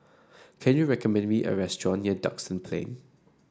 can you recommend me a restaurant near Duxton Plain